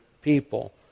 people